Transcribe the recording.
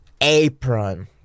apron